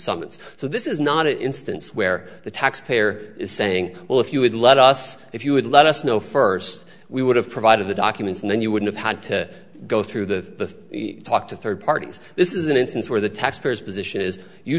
summons so this is not an instance where the taxpayer is saying well if you would let us if you would let us know first we would have provided the documents and then you would have had to go through the talk to third parties this is an instance where the taxpayer's position is you